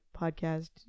podcast